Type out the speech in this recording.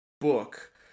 book